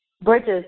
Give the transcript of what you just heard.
bridges